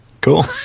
Cool